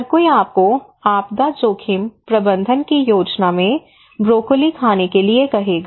हर कोई आपको आपदा जोखिम प्रबंधन की योजना में ब्रोकोली खाने के लिए कहेगा